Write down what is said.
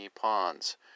Ponds